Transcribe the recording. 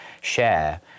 share